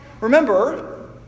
Remember